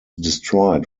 destroyed